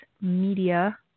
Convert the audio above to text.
Media